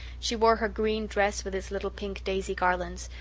she wore her green dress with its little pink daisy garlands,